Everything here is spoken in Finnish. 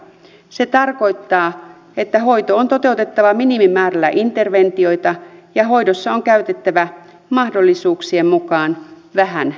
se tarkoittaa että hoito on toteutettava minimimäärällä interventioita ja hoidossa on käytettävä mahdollisuuksien mukaan vähän teknologiaa